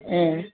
ம்